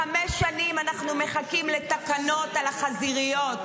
חמש שנים אנחנו מחכים לתקנות על החזיריות,